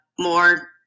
more